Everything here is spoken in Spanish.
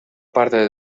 parte